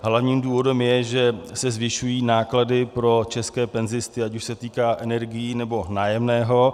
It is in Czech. Hlavním důvodem je, že se zvyšují náklady pro české penzisty, ať už se to týká energií, nebo nájemného.